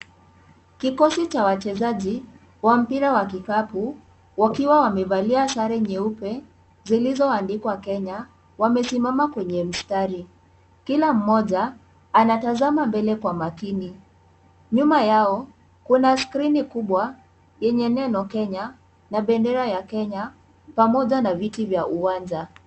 Kikosi cha wachezaji wa mpira wa kikapu wakiwa wamevalia sare nyeupe zilizoandikwa Kenya, wamesimama kwenye mstari, kila mmoja anatazama mbele kwa makini, nyuma yao kuna skrini kubwa yenye neno Kenya na bendera ya Kenya pamoja na viti vya uwanja.